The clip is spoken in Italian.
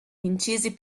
incisi